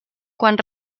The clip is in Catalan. quan